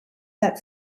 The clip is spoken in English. that